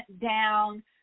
down